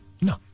No